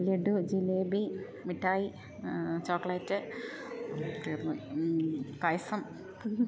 ലഡു ജിലേബി മിഠായി ചോക്ലേറ്റ് തീര്ന്ന് പോയി പായസം